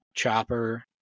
Chopper